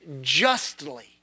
justly